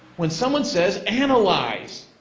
when someone says analyze,